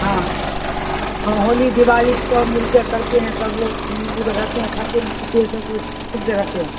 ہاں ہاں ہولی دیوالی سب مل کر کرتے ہیں سب لوگ مل مل کر رہتے ہیں کھاتے ہیں پیتے ہیں سب کچھ سے رہتے ہیں